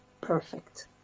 perfect